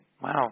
Wow